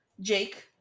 Jake